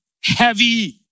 Heavy